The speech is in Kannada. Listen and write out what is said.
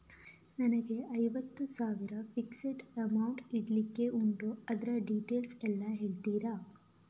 ನನಗೆ ಐವತ್ತು ಸಾವಿರ ಫಿಕ್ಸೆಡ್ ಅಮೌಂಟ್ ಇಡ್ಲಿಕ್ಕೆ ಉಂಟು ಅದ್ರ ಡೀಟೇಲ್ಸ್ ಎಲ್ಲಾ ಹೇಳ್ತೀರಾ?